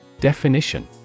Definition